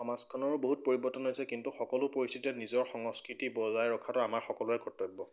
সমাজখনৰো বহুত পৰিৱৰ্তন হৈছে কিন্তু সকলো পৰিস্থিতিত নিজৰ সংস্কৃতি বজাই ৰখাটো আমাৰ সকলোৰে কৰ্তব্য